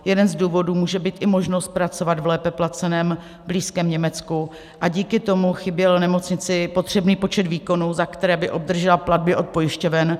Jeden z důvodů může být i možnost pracovat v lépe placeném blízkém Německu, a díky tomu chyběl nemocnici potřebný počet výkonů, za které by obdržela platby od pojišťoven.